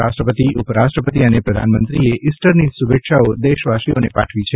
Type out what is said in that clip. રાષ્ટ્રપતિ ઉપરાષ્ટ્રપતિ અને પ્રધાનમંત્રીએ ઇસ્ટરની શુભેચ્છાઓ દેશવાસીઓને પાઠવી છે